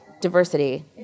diversity